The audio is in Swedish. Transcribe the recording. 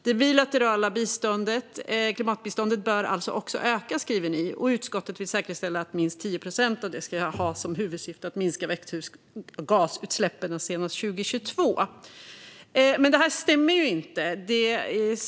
Det bilaterala klimatbiståndet bör alltså också öka, skriver ni, och utskottet vill säkerställa att minst 10 procent av det ska ha som huvudsyfte att minska växthusgasutsläppen senast 2022. Det här stämmer inte.